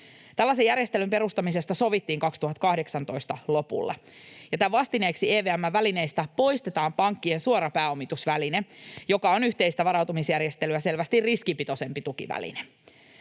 Tällaisen järjestelyn perustamisesta sovittiin vuoden 2018 lopulla. Ja tämän vastineeksi EVM:n välineistä poistetaan pankkien suora pääomitusväline, joka on yhteistä varautumisjärjestelyä selvästi riskipitoisempi tukiväline.